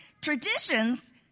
traditions